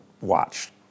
watch